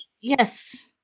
Yes